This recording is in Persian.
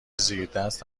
زیردست